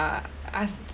uh ask